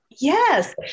Yes